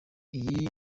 iyi